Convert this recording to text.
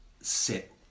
sit